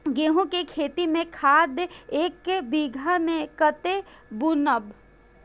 गेंहू के खेती में खाद ऐक बीघा में कते बुनब?